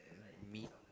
meat